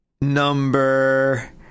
number